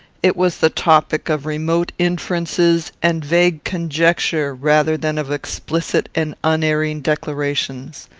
it was the topic of remote inferences and vague conjecture rather than of explicit and unerring declarations.